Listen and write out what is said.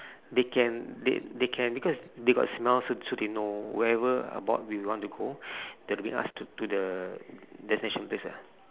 they can they they can because they got smell so so they know wherever about we want to go they will bring us to to the destination place ah